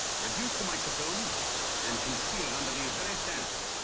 reduced to microfilm and concealed under these very stamps.